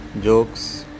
jokes